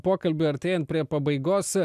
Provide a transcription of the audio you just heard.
pokalbiui artėjant prie pabaigos